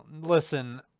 Listen